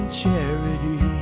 charity